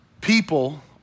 People